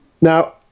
Now